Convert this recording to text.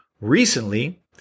Recently